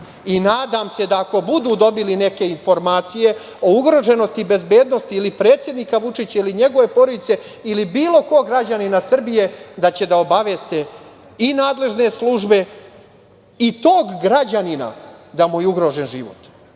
i nadam se da, ako budu dobili neke informacije o ugroženosti i bezbednosti ili predsednika Vučića ili njegove porodice, ili bilo kog građanina Srbije, da će da obaveste i nadležne službe i tog građanina, da mu je ugrožen život. Dakle,